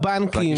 שבתוך